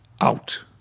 out